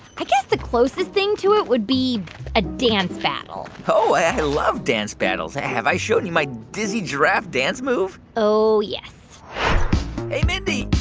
i guess the closest thing to it would be a dance battle oh, i love dance battles. have i showed you my dizzy giraffe dance move? oh, yes hey, mindy,